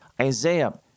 Isaiah